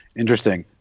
Interesting